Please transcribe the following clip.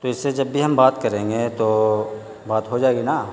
تو اس سے جب بھی ہم بات کریں گے تو بات ہو جائے گی نا